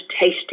tasty